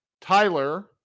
Tyler